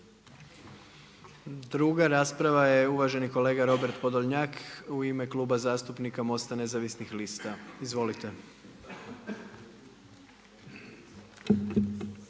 Drugi na redu je uvaženi kolega Nikola Grmoja u ime Kluba zastupnika Most-a nezavisnih lista. **Grmoja,